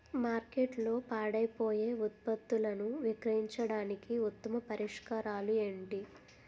మార్కెట్లో పాడైపోయే ఉత్పత్తులను విక్రయించడానికి ఉత్తమ పరిష్కారాలు ఏంటి?